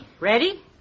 Ready